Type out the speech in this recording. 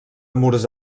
murs